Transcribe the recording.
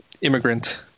immigrant